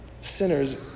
sinners